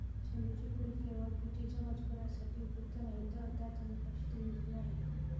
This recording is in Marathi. झेंडूचे फूल केवळ पूजेच्या मजकुरासाठी उपयुक्त नाही, तर त्यात अनेक औषधी गुणधर्म आहेत